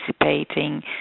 participating